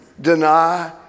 deny